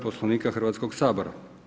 Poslovnika Hrvatskoga sabora.